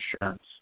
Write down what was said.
insurance